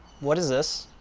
what is this?